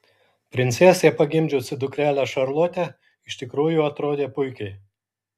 princesė pagimdžiusi dukrelę šarlotę iš tikrųjų atrodė puikiai